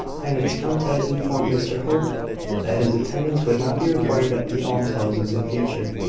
and its contents informed mr hope that his attendance would not be required at the almshouses in future,